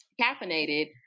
caffeinated